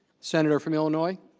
senator from illinois.